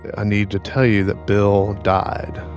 i need to tell you that bill died.